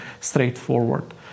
straightforward